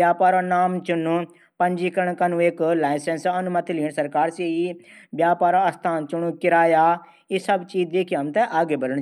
व्यापार नाम चुनण लैंसैंस अनुमति लीण। आदि